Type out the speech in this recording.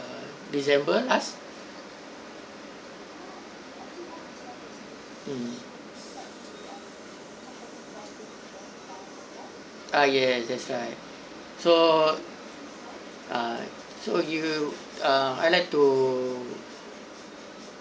december last mm ah yes that's right so uh so you uh I like to